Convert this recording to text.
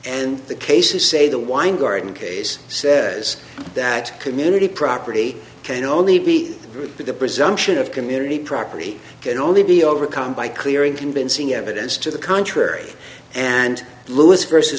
and the case is say the weingarten case says that community property can only be the presumption of community property can only be overcome by clear and convincing evidence to the contrary and louis vers